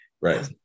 Right